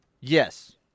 Yes